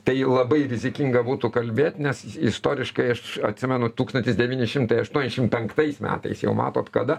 tai labai rizikinga būtų kalbėt nes istoriškai aš atsimenu tūkstantis devyni šimtai aštuoniasdešim penktais metais jau matot kada